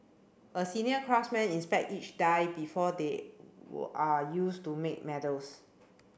a senior craftsman inspect each die before they are used to make medals